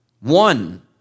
one